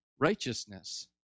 righteousness